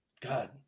god